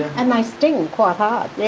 and they sting quite hard. yeah